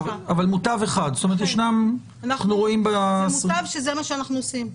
זאת אומרת, אנחנו רואים --- זה מה שאנחנו עושים.